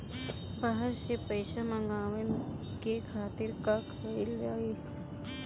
बाहर से पइसा मंगावे के खातिर का कइल जाइ?